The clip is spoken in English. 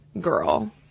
girl